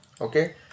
Okay